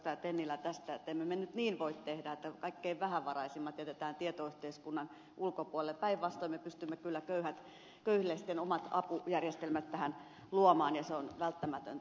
tennilä tästä että emme me nyt niin voi tehdä että kaikkein vähävaraisimmat jätetään tietoyhteiskunnan ulkopuolelle päinvastoin me pystymme kyllä köyhille omat apujärjestelmät tähän luomaan ja se on välttämätöntä